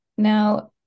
Now